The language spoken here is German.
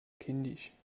kindisch